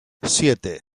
siete